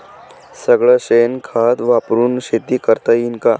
सगळं शेन खत वापरुन शेती करता येईन का?